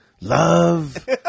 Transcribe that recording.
love